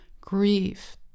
grief